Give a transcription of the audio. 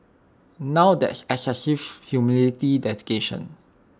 now that's excessive humility dedication